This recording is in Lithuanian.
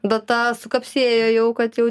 data sukapsėjo jau kad jau